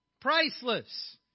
priceless